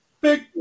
Big